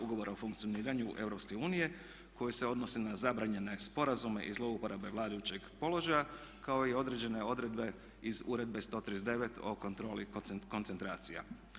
Ugovora o funkcioniranju EU koje se odnose na zabranjene sporazume i zlouporabe vladajućeg položaja kao i određene odredbe iz Uredbe 139 o kontroli koncentracija.